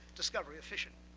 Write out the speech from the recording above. discovery of fission.